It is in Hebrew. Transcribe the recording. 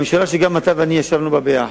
בממשלה שגם אתה ואני ישבנו בה ביחד.